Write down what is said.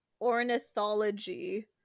ornithology